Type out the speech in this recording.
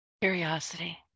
Curiosity